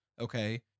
okay